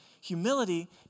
humility